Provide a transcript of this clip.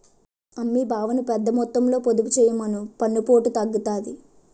అమ్మీ బావని పెద్దమొత్తంలో పొదుపు చెయ్యమను పన్నుపోటు తగ్గుతాది